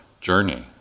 journey